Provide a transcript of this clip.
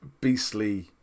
beastly